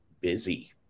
busy